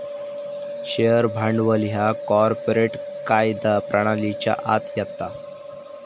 share भांडवल ह्या corporate कायदा प्रणालीच्या आत येता